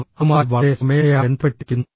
അവർ അതുമായി വളരെ സ്വമേധയാ ബന്ധപ്പെട്ടിരിക്കുന്നു